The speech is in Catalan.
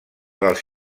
dels